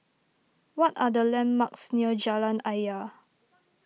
what are the landmarks near Jalan Ayer